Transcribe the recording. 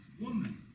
woman